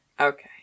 Okay